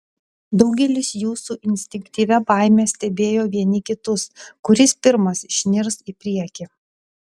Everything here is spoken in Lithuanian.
daugelis jų su instinktyvia baime stebėjo vieni kitus kuris pirmas išnirs į priekį